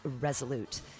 Resolute